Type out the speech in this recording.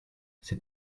c’est